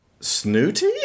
snooty